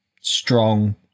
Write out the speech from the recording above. strong